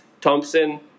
Thompson